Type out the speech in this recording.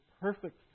perfect